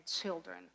children